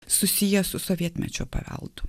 susiję su sovietmečio paveldu